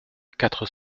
quatre